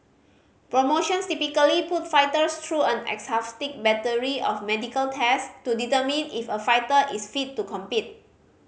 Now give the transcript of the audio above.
promotions typically put fighters through an exhaustive battery of medical test to determine if a fighter is fit to compete